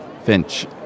Finch